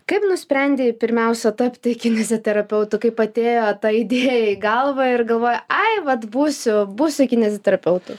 kaip nusprendei pirmiausia tapti kineziterapeutu kaip atėjo ta idėja į galvą ir galvoji ai vat būsiu būsiu kineziterapeutu